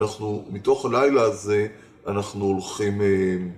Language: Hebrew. אנחנו מתוך הלילה הזה, אנחנו הולכים...